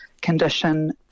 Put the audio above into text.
condition